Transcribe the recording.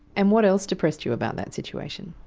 and what else depressed you about that situation?